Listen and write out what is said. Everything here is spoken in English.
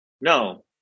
No